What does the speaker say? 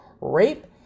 rape